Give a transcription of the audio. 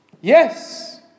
Yes